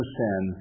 sin